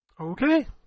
Okay